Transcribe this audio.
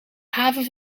haven